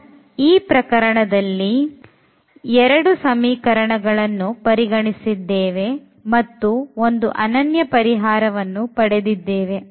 ನಾವು ಈ ಪ್ರಕರಣದಲ್ಲಿ ಎರಡು ಸಮೀಕರಣಗಳನ್ನು ಪರಿಗಣಿಸಿದ್ದೇವೆ ಮತ್ತು ಒಂದು ಅನನ್ಯ ಪರಿಹಾರವನ್ನು ಪಡೆದಿದ್ದೇವೆ